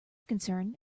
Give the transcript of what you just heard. concern